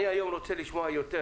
היום אני רוצה לשמוע יותר